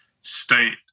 state